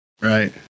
right